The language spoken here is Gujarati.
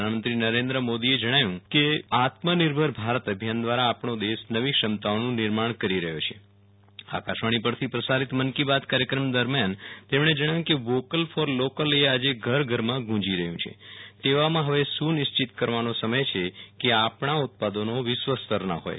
પ્રધાનમંત્રી નરેન્દ્ર મોદીએ જણાવ્યું છે કે આત્મનિર્ભર ભારત અભિયાન દ્વારા આપણી દેશ નવી ક્ષમતાઓનું નિર્માણ કરી રહ્યું છે આકાશવાણી પરથી પ્રસારિત મન કી બાત કાર્યક્રમ દરમિયાન તેમણે જણાવ્યું કે વોકલ ફોર લોકલ એ આજે ઘર ઘરમાં ગૂંજી રહ્યું છે તેવામાં હવે સુનિશ્ચિત કરવાનો સમય છે કે આપણાં ઉત્પાદનો વિશ્વસ્તરના હોય